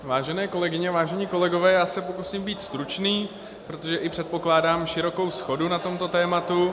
Vážené kolegyně, vážení kolegové, já se pokusím být stručný, protože i předpokládám širokou shodu na tomto tématu.